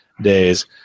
days